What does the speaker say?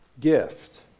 gift